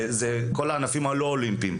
של כל הענפים הלא אולימפיים,